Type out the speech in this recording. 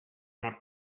not